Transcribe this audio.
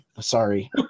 Sorry